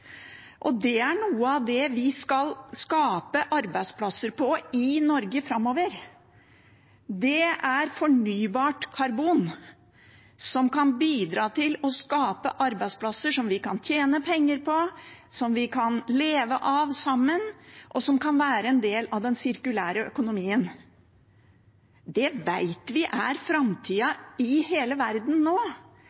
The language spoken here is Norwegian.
og det er noe av det vi skal skape arbeidsplasser av i Norge framover. Det er fornybart karbon som kan bidra til å skape arbeidsplasser som vi kan tjene penger på, som vi kan leve av sammen, og som kan være en del av den sirkulære økonomien. Det vet vi er